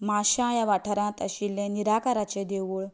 माशां ह्या वाठारांत आशिल्लें निराकाराचें देवूळ